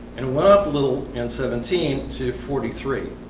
and what up little and seventeen to forty three.